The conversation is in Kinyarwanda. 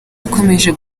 yakomeje